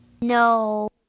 No